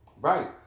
Right